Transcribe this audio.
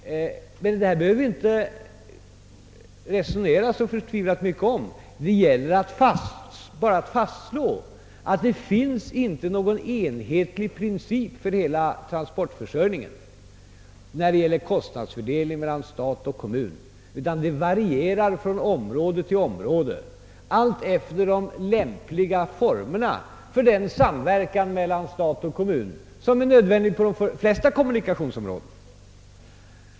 Den saken behöver det inte resoneras så förtvivlat mycket om. Det gäller bara att fastslå att det inte finns någon enhetlig princip för hela transportförsörjningen när det gäller kostnadsfördelningen mellan stat och kommun, utan den varierar från område till område alltefter de lämpligaste formerna för den samverkan mellan stat och kommun, som är nödvändig för de flesta kommunikationsområden.